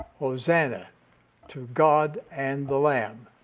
hosanna to god and the lamb,